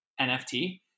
NFT